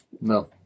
No